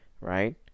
right